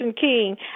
king